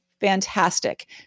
fantastic